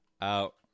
out